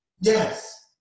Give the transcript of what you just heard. Yes